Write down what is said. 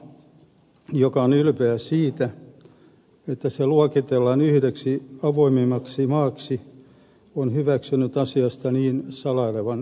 miksi maa joka on ylpeä siitä että se luokitellaan yhdeksi avoimimmaksi maaksi on hyväksynyt asiasta niin salailevan lainsäädännön